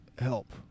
help